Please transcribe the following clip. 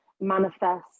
manifest